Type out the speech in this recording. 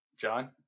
John